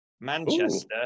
Manchester